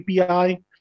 API